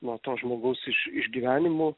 nuo to žmogaus iš išgyvenimų